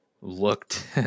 looked